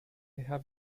have